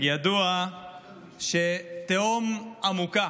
ידוע שתהום עמוקה